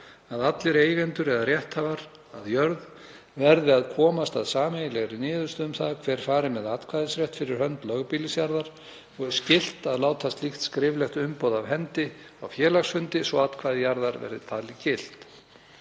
að allir eigendur eða rétthafar að jörð verði að komast að sameiginlegri niðurstöðu um það hver fari með atkvæðisrétt fyrir hönd lögbýlisjarðar og er skylt að láta slíkt skriflegt umboð af hendi á félagsfundi svo atkvæði jarðar verði talið gilt.